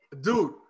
dude